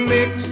Mix